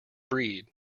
breed